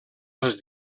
els